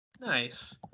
Nice